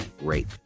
rape